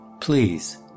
Please